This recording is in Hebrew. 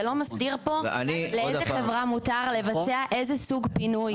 זה לא מסדיר פה לאיזו חברה מותר לבצע איזה סוג פינוי.